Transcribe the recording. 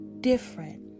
different